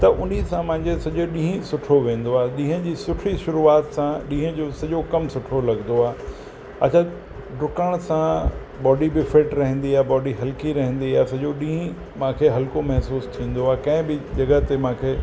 त उन सां मुंहिंजे सॼो ॾींहुं सुठो वेंदो आहे ॾींहं जी सुठी शुरूआति सां ॾींहं जो सॼो कमु सुठो लॻंदो आहे अगरि डुकण सां बॉडी बि फिट रहंदी आहे बॉडी हल्की रहंदी आहे सॼो ॾींहुं मूंखे खे हल्को महिसूसु थींदो आहे कंहिं बि जॻहि ते मूंखे